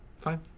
Fine